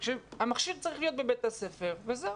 המכשיר צריך להיות בבית הספר, וזהו.